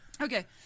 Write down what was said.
Okay